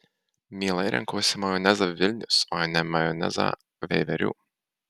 mielai renkuosi majonezą vilnius o ne majonezą veiverių